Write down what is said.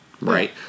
Right